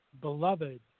beloved